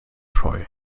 scheu